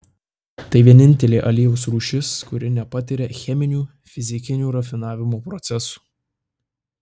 tai vienintelė aliejaus rūšis kuri nepatiria cheminių fizikinių rafinavimo procesų